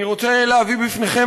אני רוצה להביא בפניכם,